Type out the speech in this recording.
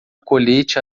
colete